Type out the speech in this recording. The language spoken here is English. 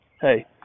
hey